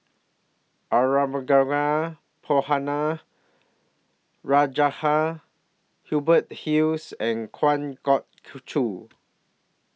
Arumugam Ponnu Rajah Hubert Hill and Kuam Kwa Geok Choo